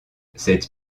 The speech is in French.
cette